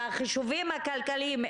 והחישובים הכלכליים,